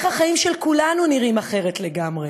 איך החיים של כולנו נראים אחרת לגמרי.